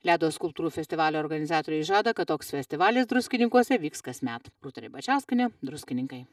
ledo skulptūrų festivalio organizatoriai žada kad toks festivalis druskininkuose vyks kasmet rūta ribačiauskienė druskininkai